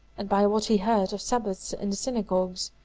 and by what he heard of sabbaths in the synagogues.